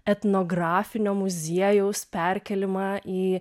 etnografinio muziejaus perkėlimą į